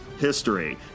history